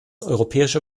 europäische